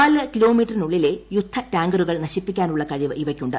നാല് കിലോമീറ്ററിനുള്ളിലെ യുദ്ധ ടാങ്കറുകൾ നശിപ്പിക്കാനുള്ള കഴിവ് ഇവയ്ക്കുണ്ട്